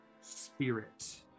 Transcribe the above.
spirit